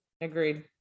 Agreed